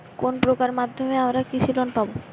কোন প্রকল্পের মাধ্যমে আমরা কৃষি লোন পাবো?